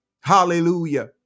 Hallelujah